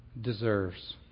deserves